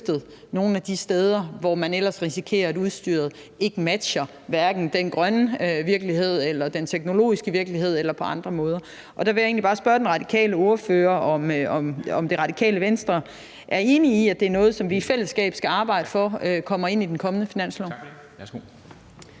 nogle af de steder, hvor man ellers risikerer, at udstyret ikke matcher den grønne virkelighed eller den teknologiske virkelighed eller på andre måder ikke matcher. Og der vil jeg egentlig bare spørge den radikale ordfører, om Radikale Venstre er enige i, at det er noget, som vi i fællesskab skal arbejde for kommer ind i den kommende finanslov.